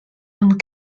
amb